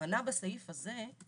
הכוונה בסעיף הזה,